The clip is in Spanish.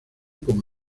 como